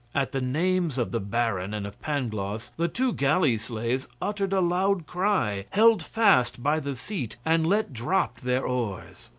at the names of the baron and of pangloss, the two galley-slaves uttered a loud cry, held fast by the seat, and let drop their oars.